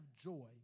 joy